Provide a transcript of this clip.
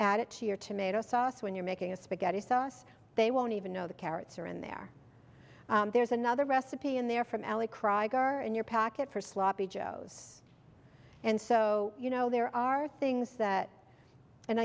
add it to your tomato sauce when you're making a spaghetti sauce they won't even know the carrots are in there there's another recipe in there from allie kreiger and your packet for sloppy joes and so you know there are things that and